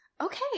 Okay